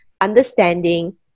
understanding